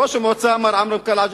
ראש המועצה, מר עמרם קלעג'י,